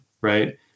right